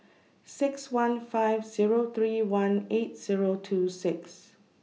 six one five Zero three one eight Zero two six